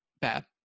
bad